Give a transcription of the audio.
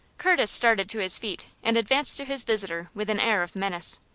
curtis started to his feet, and advanced to his visitor with an air of menace.